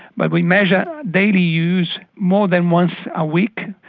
but we measured daily use, more than once a week,